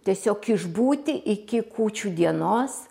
tiesiog išbūti iki kūčių dienos